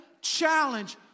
challenge